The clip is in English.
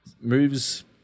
moves